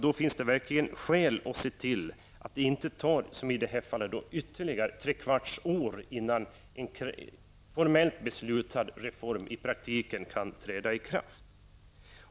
Då finns det skäl att se till att det inte tar, som i det här fallet, ytterligare tre kvarts år innan en formellt beslutad reform i praktiken kan träda i kraft.